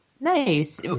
Nice